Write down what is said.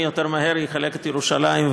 מי יותר מהר יחלק את ירושלים,